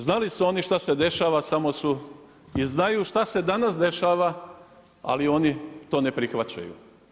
Znali su oni što se dešava, samo su i znaju što se danas dešava, ali oni to ne prihvaćaju.